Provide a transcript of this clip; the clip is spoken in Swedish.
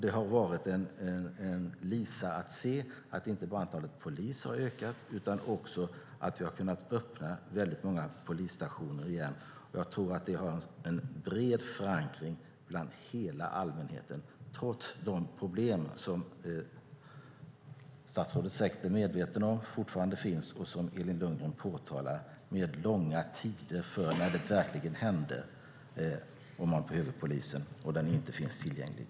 Det har varit en lisa att se att inte bara antalet poliser har ökat utan också att vi har kunnat öppna många polisstationer igen. Jag tror att det har en bred förankring hos hela allmänheten, trots de problem som statsrådet säkert är medveten om fortfarande finns och som Elin Lundgren påtalar med långa väntetider när något verkligen händer och man behöver polisen men den inte finns tillgänglig.